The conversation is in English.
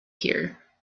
here